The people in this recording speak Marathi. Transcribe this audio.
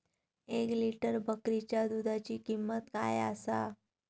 एक लिटर बकरीच्या दुधाची किंमत काय आसा?